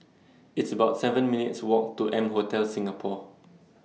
It's about seven minutes' Walk to M Hotel Singapore